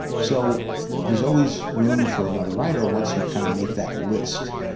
so there's always room for another writer once you kind of make that list.